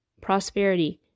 prosperity